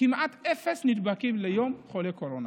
כמעט אפס נדבקים ליום, חולי קורונה,